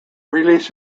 release